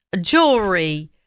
jewelry